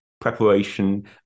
preparation